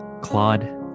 Claude